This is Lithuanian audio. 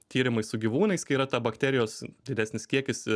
tyrimai su gyvūnais kai yra ta bakterijos didesnis kiekis